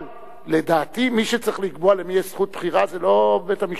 אבל לדעתי מי שצריך לקבוע למי יש זכות בחירה זה לא בית-המשפט,